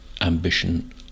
ambition